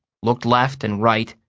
looked left and right,